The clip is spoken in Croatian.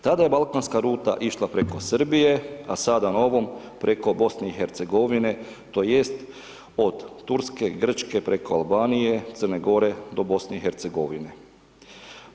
Tada je balkanska ruta išla preko Srbije a sada na ovom preko BiH, tj. od Turske, Grčke preko Albanije, Crne Gore do BiH-a.